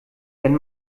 wenn